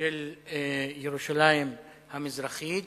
של ירושלים המזרחית,